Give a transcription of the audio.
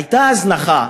הייתה הזנחה,